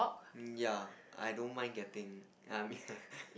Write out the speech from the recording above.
um ya I don't mind getting I mean